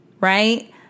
right